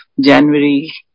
January